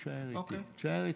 תישאר איתי.